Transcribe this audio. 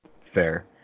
fair